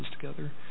together